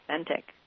authentic